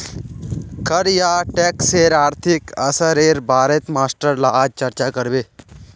कर या टैक्सेर आर्थिक असरेर बारेत मास्टर ला आज चर्चा करबे